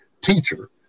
teacher